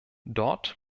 dort